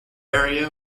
area